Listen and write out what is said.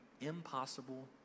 impossible